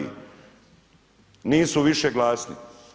Nisu više glasni.